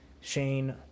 Shane